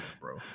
bro